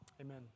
amen